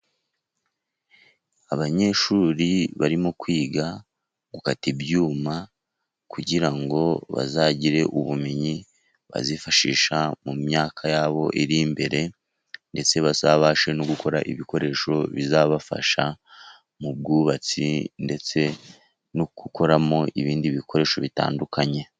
Abanyeshuri barimo kwiga gukata ibyuma kugira ngo bazagire ubumenyi bazifashisha mu myaka yabo iri imbere, ndetse bazabashe no gukora ibikoresho bizabafasha mu bwubatsi, ndetse no gukoramo ibindi bikoresho bitandukanye.